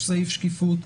יש סעיף שקיפות.